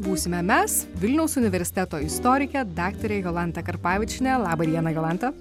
būsime mes vilniaus universiteto istorikė daktarė jolanta karpavičienė laba diena jolanta